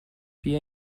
بیا